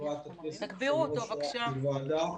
חברת הכנסת יושבת-ראש הוועדה.